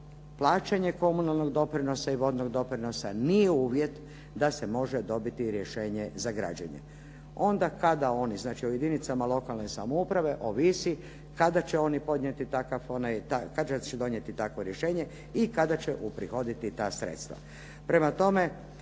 plaćanje komunalnog doprinosa i vodnog doprinosa nije uvjet da se može dobiti rješenje za građenje. Onda kada oni, znači o jedinicama lokalne samouprave ovisi kada će oni podnijeti takav onaj, kada će donijeti takvo rješenje i kada će uprihoditi ta sredstva. Prema tome,